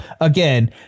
Again